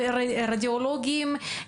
רדיולוגים,